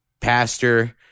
pastor